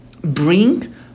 bring